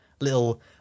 Little